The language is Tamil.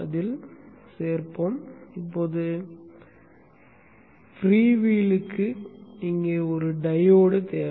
அதில் சேரும் இப்போது ஃப்ரீவீலுக்கு இங்கே ஒரு டையோடு தேவை